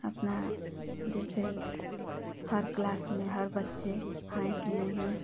अपना जैसे हर क्लास में हर बच्चे हैं कि नहीं